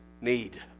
need